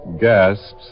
gasps